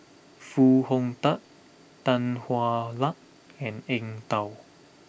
Foo Hong Tatt Tan Hwa Luck and Eng Tow